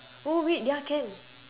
oh wait ya can